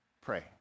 pray